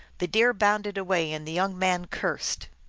the deer bounded away, and the young man cursed!